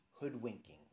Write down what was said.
hoodwinking